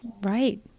Right